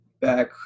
back